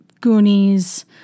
Goonies